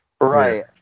right